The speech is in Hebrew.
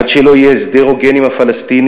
עד שלא יהיה הסדר הוגן עם הפלסטינים,